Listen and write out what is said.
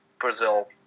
Brazil